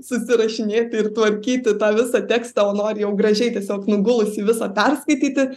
susirašinėti ir tvarkyti tą visą tekstą o nori jau gražiai tiesiog nugulsį visą perskaityti